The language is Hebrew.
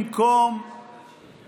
במקום